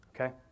okay